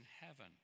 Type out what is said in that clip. heaven